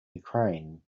ukraine